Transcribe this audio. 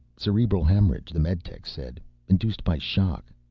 cerebral hemorrhage, the meditechs said induced by shock.